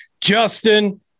Justin